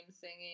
singing